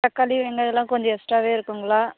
தக்காளி வெங்காயம்லாம் கொஞ்சம் எக்ஸ்ட்ராவே இருக்குங்களா